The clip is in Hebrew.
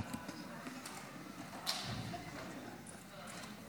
לחוק הזה יש הצמדה,